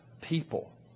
people